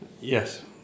Yes